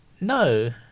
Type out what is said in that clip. No